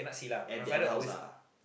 at the other house ah